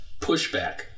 pushback